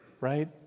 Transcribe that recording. right